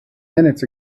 minutes